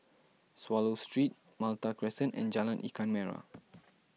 Swallow Street Malta Crescent and Jalan Ikan Merah